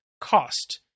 cost